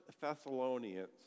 Thessalonians